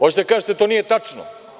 Hoćete da kažete – to nije tačno.